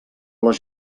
les